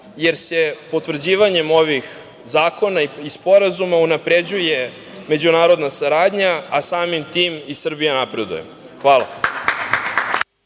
jer se potvrđivanjem ovih zakona i sporazuma unapređuje međunarodna saradnja, a samim tim i Srbija napreduje. Hvala.